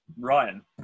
Ryan